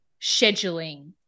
scheduling